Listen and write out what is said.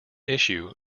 issue